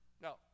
No